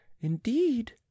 indeed